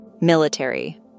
Military